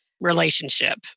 relationship